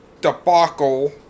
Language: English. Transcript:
debacle